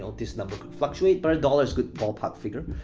ah this number could fluctuate, but a dollar's good ballpark figure.